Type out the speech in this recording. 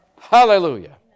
Hallelujah